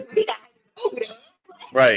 Right